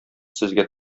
сезгә